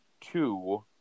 two